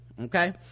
Okay